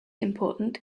important